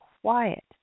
quiet